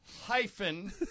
hyphen